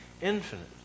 infinite